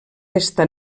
estat